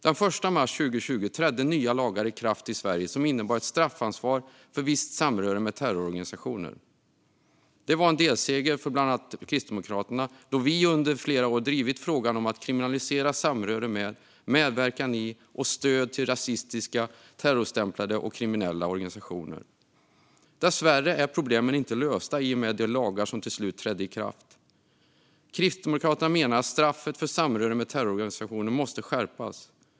Den 1 mars 2020 trädde nya lagar i kraft i Sverige som innebar ett straffansvar för visst samröre med terrororganisationer. Det var en delseger för bland annat Kristdemokraterna, då vi under flera år drivit frågan om att kriminalisera samröre med, medverkan i och stöd till rasistiska, terrorstämplade och kriminella organisationer. Dessvärre är problemen inte lösta i och med de lagar som till slut trädde i kraft. Kristdemokraterna menar att straffet för samröre med terrororganisationer måste skärpas.